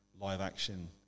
live-action